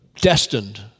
destined